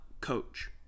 coach